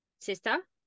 Sister